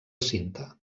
cinta